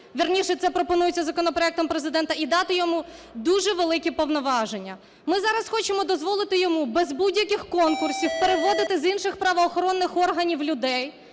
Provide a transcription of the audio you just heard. вірніше, це пропонується законопроектом Президента, і дати йому дуже великі повноваження. Ми зараз хочемо дозволити йому без будь-яких конкурсів переводити з інших правоохоронних органів людей.